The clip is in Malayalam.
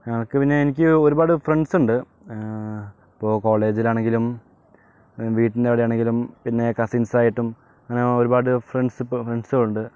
നമുക്ക് പിന്നെ എനിക്ക് ഒരുപാട് ഫ്രണ്ട്സുണ്ട് ഇപ്പോൾ കോളേജിൽ ആണെങ്കിലും വീടിൻ്റെ അവിടെ ആണെങ്കിലും പിന്നെ കസിൻസ് ആയിട്ടും അങ്ങനെ ഒരുപാട് ഫ്രണ്ട്സ് ഇപ്പോൾ ഫ്രണ്ട്സ് ഉണ്ട്